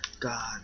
God